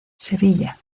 sevilla